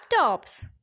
laptops